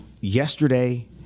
yesterday